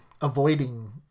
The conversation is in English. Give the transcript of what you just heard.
avoiding